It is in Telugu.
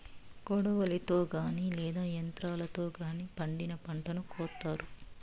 కొడవలితో గానీ లేదా యంత్రాలతో గానీ పండిన పంటను కోత్తారు